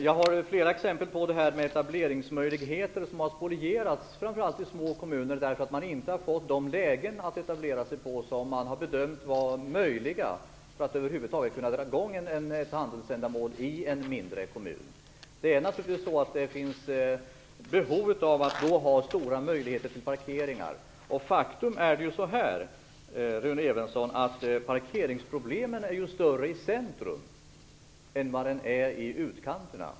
Jag har flera exempel på etableringsmöjligheter som har spolierats framför allt i små kommuner, därför att man inte har fått etablera sig i de lägen som man hade bedömt som möjliga för att över huvud taget kunna driva i gång ett handelsändamål i en mindre kommun. Då finns det naturligtvis behov av möjligheter till parkeringar. Faktum är, Rune Evensson, att parkeringsproblemen är ju större i centrum än vad de är i utkanterna.